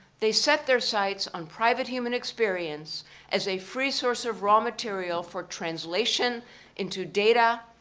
they set their sights on private human experience as a free source of raw material for translation into data.